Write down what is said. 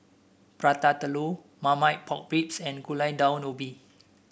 Prata Telur Marmite Pork Ribs and Gulai Daun Ubi